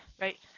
right